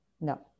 No